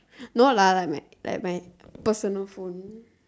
no lah like my like my personal phone